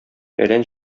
фәлән